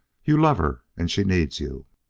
you love her, and she needs you.